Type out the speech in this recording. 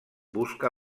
busca